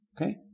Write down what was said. Okay